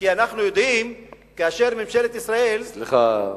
כי אנחנו יודעים, כאשר ממשלת ישראל, סליחה.